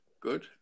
good